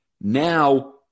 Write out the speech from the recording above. now